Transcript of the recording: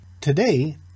Today